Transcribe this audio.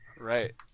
right